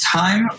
time